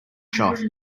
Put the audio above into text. shot